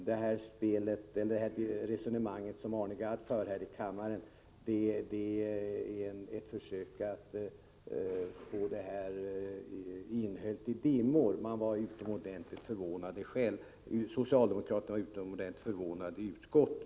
Det resonemang som Arne Gadd för här i kammaren är alltså ett försök att hölja denna kostnadsökning i dimmor. Socialdemokraterna i utskottet var själva utomordentligt förvånade.